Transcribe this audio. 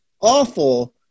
awful